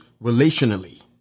relationally